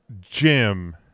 Jim